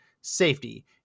safety